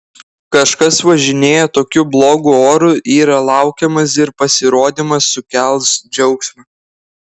kažkas važinėja tokiu blogu oru yra laukiamas ir pasirodymas sukels džiaugsmą